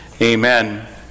Amen